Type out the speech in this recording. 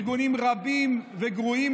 ארגונים רבים וגרועים